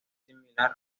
similar